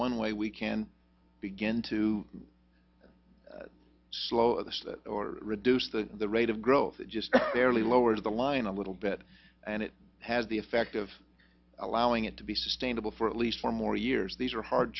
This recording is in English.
one way we can begin to slow or reduce the rate of growth just barely lowers the line a little bit and it has the effect of allowing it to be sustainable for at least four more years these are hard